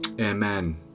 Amen